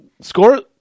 Score